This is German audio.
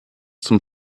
zum